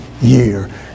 year